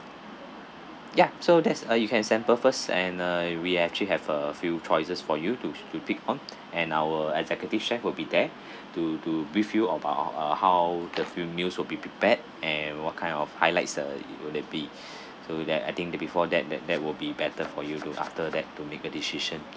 ya so there's a you can sample first and uh we actually have a few choices for you to to pick on and our executive chef will be there to to brief you about uh how the few meals will be prepared and what kind of highlights uh would it be so that I think the before that that that will be better for you to after that to make a decision